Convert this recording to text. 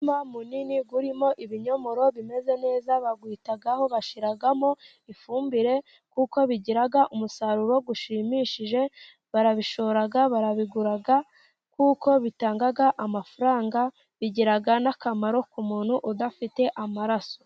Umurima munini urimo ibinyomoro bimeze neza, bawitaho bashyiramo ifumbire, kuko bigira umusaruro ushimishije barabishora, barabigura kuko bitanga amafaranga bigira n'akamaro ku muntu udafite amaraso.